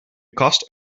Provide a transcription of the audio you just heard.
kast